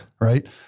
right